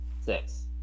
Six